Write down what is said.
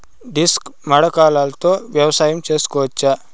Disc మడకలతో వ్యవసాయం చేసుకోవచ్చా??